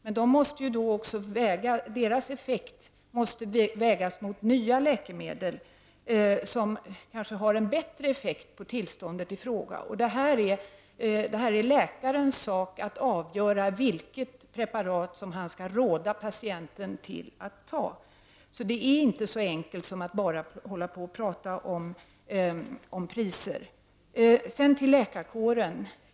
Men de måste vägas mot nya läkemedel, som kanske har en bättre effekt på tillståndet i fråga. Det är läkarens sak att avgöra vilket preparat han skall råda patienten att ta. Så det är inte så enkelt som att bara prata om priser. Sedan till läkarkåren.